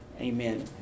Amen